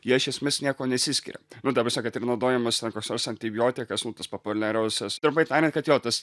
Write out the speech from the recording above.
jie iš esmės niekuo nesiskiria nu ta prasme kad ir naudojamas ten koks nors antibiotikas nu tas populiariausias trumpai tariant kad jo tas